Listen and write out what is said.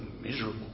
miserable